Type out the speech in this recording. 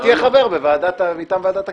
אתה תהיה חבר מטעם ועדת הכנסת.